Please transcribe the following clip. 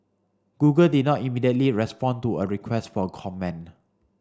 Google did not immediately respond to a request for comment